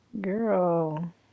Girl